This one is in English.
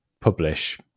publish